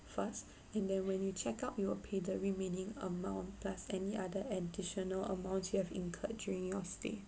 first and then when you check out you will pay the remaining amount plus any other additional amounts you have incurred during your stay